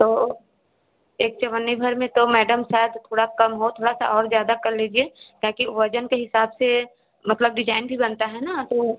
तो एक चवन्नी भर में तो मैडम शायद थोड़ा कम हो थोड़ा सा और ज़्यादा कर लीजिए ताकि वजन के हिसाब से मतलब डिजाइन भी बनता है ना तो